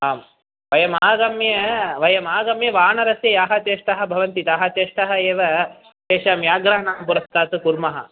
आं वयम् आगम्य वयम् आगम्य वानरस्य याः चेष्टाः भवन्ति ताः चेष्टाः एव तेषां व्याघ्राणां पुरस्तात् कुर्मः